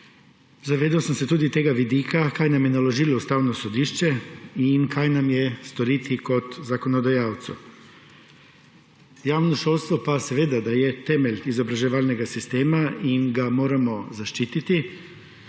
Zavedal sem se tudi tega vidika, kaj nam je naložilo Ustavno sodišče in kaj nam je storiti kot zakonodajalcu. Javno šolstvo pa seveda, da je temelj izobraževalnega sistema in ga moramo zaščititi,